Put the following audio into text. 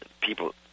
People